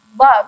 Love